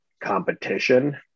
competition